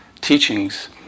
teachings